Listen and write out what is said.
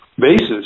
basis